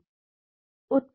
इसलिए जैसा मैंने शुरू किया